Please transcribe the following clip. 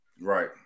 right